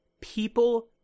people